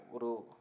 Uru